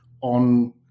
on